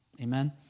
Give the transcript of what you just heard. Amen